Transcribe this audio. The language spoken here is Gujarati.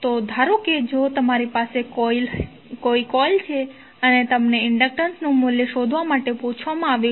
તો ધારો કે જો તમારી પાસે કોઇલ છે અને તમને ઇન્ડક્ટન્સનું મૂલ્ય શોધવા માટે પૂછવામાં આવ્યું છે